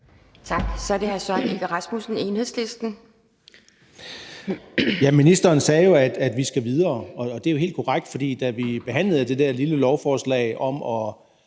Kl. 11:39 Søren Egge Rasmussen (EL): Ministeren sagde, at vi skal videre, og det er jo helt korrekt, for da vi behandlede det der lille lovforslag om at